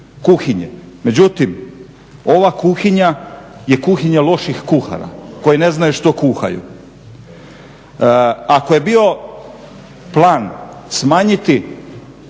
kuhinje, međutim ova kuhinja je kuhinja loših kuhara koji ne znaju što kuhaju. Ako je bio plan smanjiti